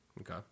Okay